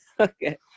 Okay